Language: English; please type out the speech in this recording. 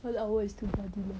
one hour is too bloody long